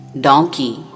donkey